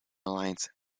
alliance